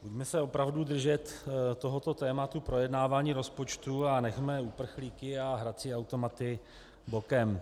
Pojďme se opravdu držet tohoto tématu, projednávání rozpočtu, a nechme uprchlíky a hrací automaty bokem.